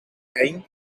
heen